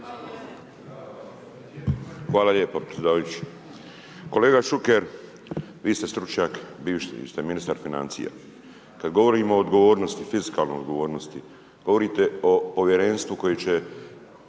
Hvala lijepa predsjedavajući. Kolega Šuker, vi ste Šuker, bivši ste ministar financija. Kada govorimo o odgovornosti, fiskalnoj odgovornosti govorite o povjerenstvu koje će